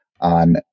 on